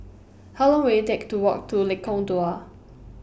How Long Will IT Take to Walk to Lengkong Dua